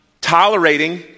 tolerating